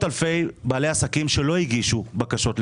אלפי בעלי עסקים שלא הגישו בקשות להחזרים,